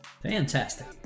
Fantastic